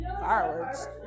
Fireworks